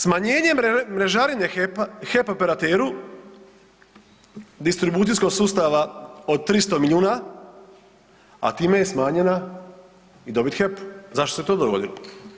Smanjenjem mrežarine HEP-a, HEP operateru distribucijskog sustava od 300 milijuna, a time je smanjena i dobit HEP-u, zašto se to dogodilo?